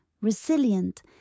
resilient